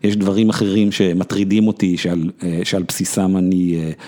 יש דברים אחרים שמטרידים אותי שעל בסיסם אני.